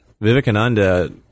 Vivekananda